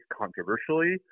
controversially